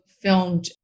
filmed